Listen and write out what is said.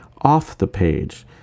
off-the-page